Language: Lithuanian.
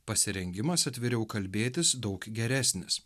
pasirengimas atviriau kalbėtis daug geresnis